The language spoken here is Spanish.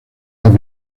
dos